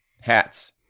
Hats